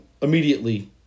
immediately